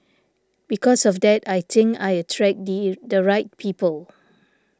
because of that I think I attract the the right people